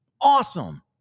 awesome